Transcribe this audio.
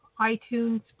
iTunes